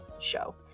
show